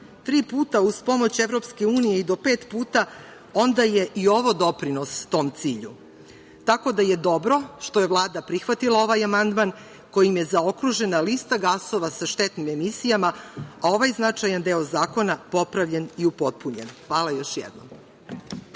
tri puta uz pomoć Evropske unije i do pet puta, onda je i ovo doprinos tom cilju. Tako da je dobro što je Vlada prihvatila ovaj amandman kojim je zaokružena lista gasova sa štetnim emisijama, a ovaj značajan deo zakona popravljen i upotpunjen. Hvala još jednom.